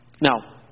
Now